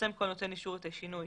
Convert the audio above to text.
יפרסם כל נותן אישור את השינוי